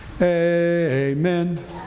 Amen